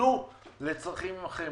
הופנו לצרכים אחרים?